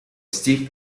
steve